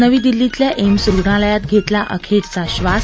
नवी दिल्लीतल्या एम्स रुग्णालयात घेतला अखेरचा श्वास